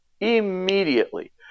immediately